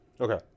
Okay